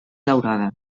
daurada